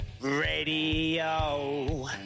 radio